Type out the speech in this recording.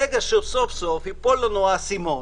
ברגע שסוף-סוף ייפול לנו האסימון